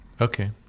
Okay